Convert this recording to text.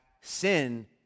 sin